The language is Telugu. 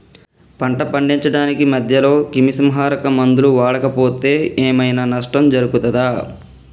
పంట పండించడానికి మధ్యలో క్రిమిసంహరక మందులు వాడకపోతే ఏం ఐనా నష్టం జరుగుతదా?